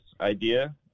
idea